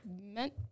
meant